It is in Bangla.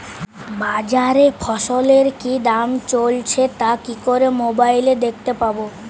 বাজারে ফসলের কি দাম চলছে তা কি করে মোবাইলে দেখতে পাবো?